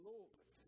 Lord